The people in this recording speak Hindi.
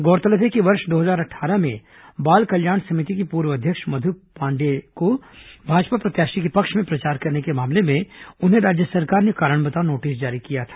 गौरतलब है कि वर्ष दो हजार अट्ठारह में बाल कल्याण समिति की पूर्व अध्यक्ष मध् पांडेय को भाजपा प्रत्याशी के पक्ष में प्रचार करने के मामले में उन्हें राज्य सरकार ने कारण बताओ नोटिस जारी किया था